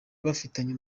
bafitanye